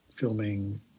filming